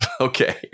Okay